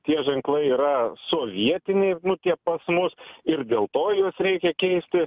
tie ženklai yra sovietiniai nu tie pas mus ir dėl to juos reikia keisti